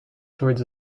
towards